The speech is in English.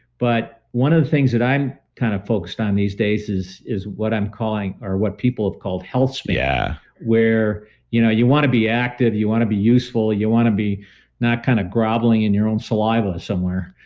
but one of the things that i'm kind of focused on these days is is what i'm calling or what people have called health span yeah where you know you want to be active, you want to be useful you want to be not kind of groveling in your own saliva somewhere